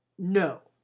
no,